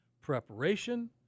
preparation